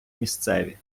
місцеві